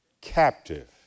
captive